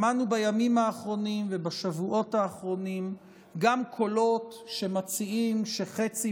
שמענו בימים האחרונים ובשבועות האחרונים גם קולות שמציעים שחצי